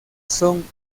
son